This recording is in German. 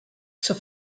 zur